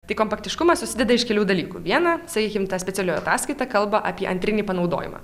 tai kompaktiškumas susideda iš kelių dalykų viena sakykim ta specialioji ataskaita kalba apie antrinį panaudojimą